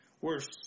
worse